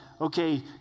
okay